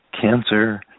cancer